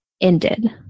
ended